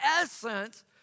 essence